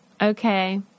Okay